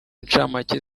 ncamake